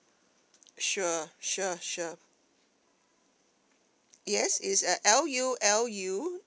sure sure sure yes is at L U L U